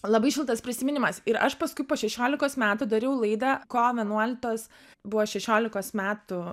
labai šiltas prisiminimas ir aš paskui po šešiolikos metų dariau laidą kovo vienuoliktos buvo šešiolikos metų